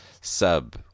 sub